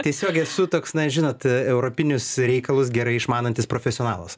tiesiog esu toks na žinot europinius reikalus gerai išmanantis profesionalas